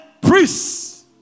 priests